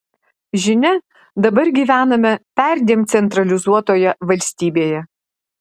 žinia dabar gyvename perdėm centralizuotoje valstybėje